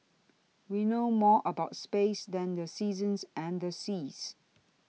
we know more about space than the seasons and the seas